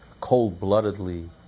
cold-bloodedly